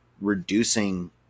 reducing